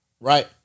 right